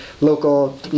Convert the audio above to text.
local